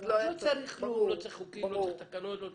לא צריך חוקים, לא צריך תקנות.